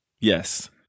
Yes